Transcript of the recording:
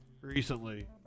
recently